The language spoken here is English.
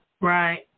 Right